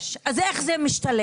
יש, אז איך זה משתלב?